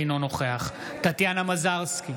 אינו נוכח טטיאנה מזרסקי,